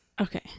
Okay